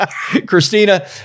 Christina